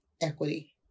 equity